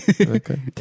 Okay